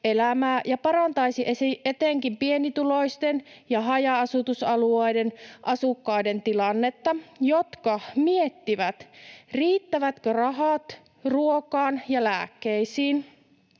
ja parantaisi etenkin pienituloisten ja haja-asutusalueiden asukkaiden tilannetta, jotka miettivät, riittävätkö rahat ruokaan ja lääkkeisiin.